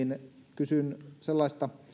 kysyn sellaista